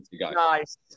Nice